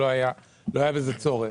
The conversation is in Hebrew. כי לא היה בזה צורך.